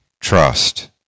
trust